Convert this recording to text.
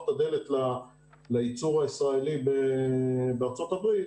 את הדלת לייצור הישראלי בארצות הברית